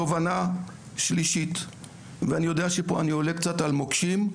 תובנה שלישית ואני יודע שפה אני עולה קצת על מוקשים,